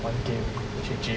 玩 game 去 gym